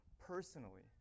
personally